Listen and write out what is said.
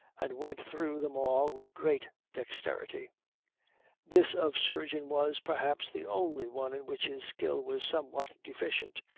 and went through them all with great dexterity this of surgeon was, perhaps, the only one in which his skill was somewhat deficient,